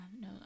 No